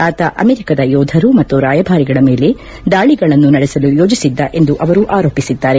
ಆತ ಅಮೆರಿಕದ ಯೋಧರು ಮತ್ತು ರಾಯಭಾರಿಗಳ ಮೇಲೆ ದಾಳಿಗಳನ್ನು ನಡೆಸಲು ಯೋಜಿಸಿದ್ದ ಎಂದು ಅವರು ಆರೋಪಿಸಿದ್ದಾರೆ